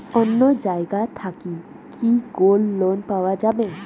অন্য জায়গা থাকি কি গোল্ড লোন পাওয়া যাবে?